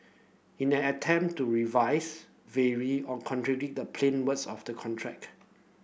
in an attempt to revise vary or contradict the plain words of the contract